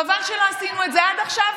חבל שלא עשינו את זה עד עכשיו,